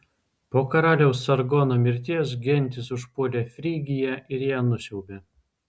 po karaliaus sargono mirties gentys užpuolė frygiją ir ją nusiaubė